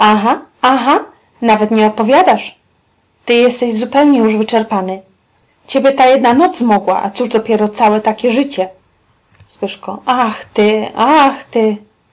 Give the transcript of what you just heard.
nawet nie odpowiadasz ty jesteś zupełnie już wyczerpany ciebie ta jedna noc zmogła a cóż dopiero całe takie życie cóż